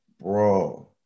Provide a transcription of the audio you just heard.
bro